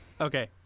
Okay